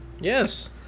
Yes